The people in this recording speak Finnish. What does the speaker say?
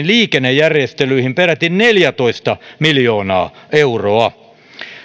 liikennejärjestelyihin peräti neljätoista miljoonaa euroa